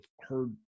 heard